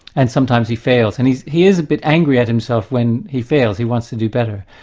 and sometimes he fails. and he he is a bit angry at himself when he fails he wants to do better.